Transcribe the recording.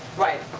right.